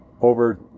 over